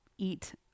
eat